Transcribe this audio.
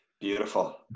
Beautiful